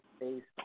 based